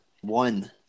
one